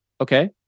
Okay